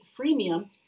freemium